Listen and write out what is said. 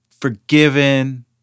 forgiven